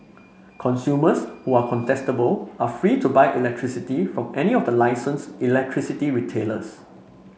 consumers who are contestable are free to buy electricity from any of the license electricity retailers